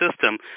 System